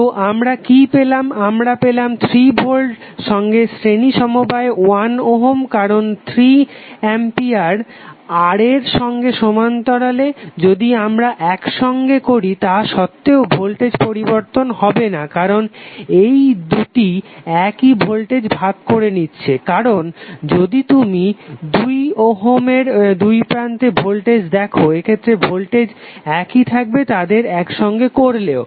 তো আমরা কি পেলাম আমরা পেলাম 3 ভোল্ট সঙ্গে শ্রেণী সমবায়ে 1 ওহম কারণ 3 অ্যাম্পিয়ার R এর সঙ্গে সমান্তরালে যদি আমরা একসঙ্গে করি তাসত্তেও ভোল্টেজ পরিবর্তন হবে না কারণ এই দুটি একই ভোল্টেজ ভাগ করে নিচ্ছে কারণ যদি তুমি 2 ওহমের দুইপ্রান্তে ভোল্টেজ দেখো এক্ষেত্রে ভোল্টেজ একই থাকবে তাদের একসঙ্গে করলেও